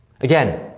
Again